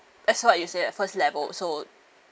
just what you say at first level so